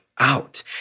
Out